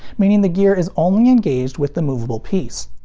meaning the gear is only engaged with the moveable piece.